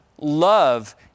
love